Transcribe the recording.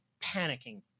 panicking